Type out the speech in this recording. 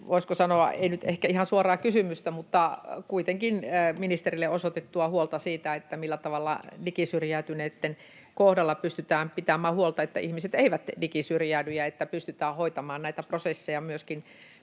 voisiko sanoa, ei nyt ehkä ihan suoraa kysymystä mutta kuitenkin ministerille osoitettua huolta siitä, millä tavalla digisyrjäytyneitten kohdalla pystytään pitämään huolta, että ihmiset eivät digisyrjäydy ja että pystytään hoitamaan näitä prosesseja myöskin